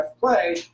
play